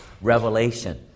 Revelation